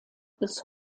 des